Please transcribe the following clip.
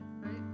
right